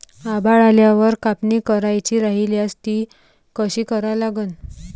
आभाळ आल्यावर कापनी करायची राह्यल्यास ती कशी करा लागन?